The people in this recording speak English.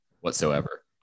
whatsoever